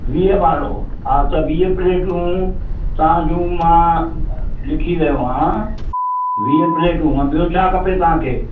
वीह वारो अच्छा वीह प्लेटूं तव्हांजूं मां लिखी रहियो आहियां वीह प्लेटूं ऐं ॿियो छा खपे तव्हांखे